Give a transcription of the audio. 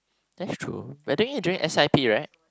that's true we're doing it during S_I_P right